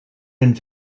and